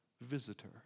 visitor